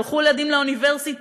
שלחו ילדים לאוניברסיטה,